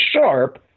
sharp